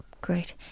Great